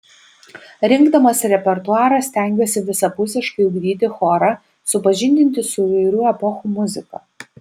rinkdamas repertuarą stengiuosi visapusiškai ugdyti chorą supažindinti su įvairių epochų muzika